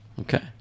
Okay